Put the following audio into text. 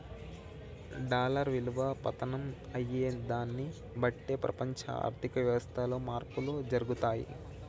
dollar విలువ పతనం అయ్యేదాన్ని బట్టే ప్రపంచ ఆర్ధిక వ్యవస్థలో మార్పులు జరుగుతయి